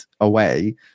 away